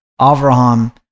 Avraham